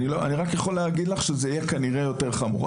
אני רק יכול להגיד לך שזה יהיה כנראה יותר חמור.